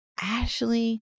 ashley